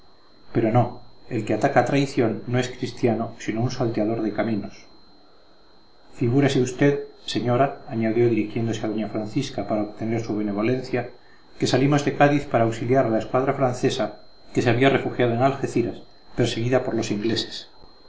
pero no el que ataca a traición no es cristiano sino un salteador de caminos figúrese usted señora añadió dirigiéndose a doña francisca para obtener su benevolencia que salimos de cádiz para auxiliar a la escuadra francesa que se había refugiado en algeciras perseguida por los ingleses